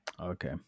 okay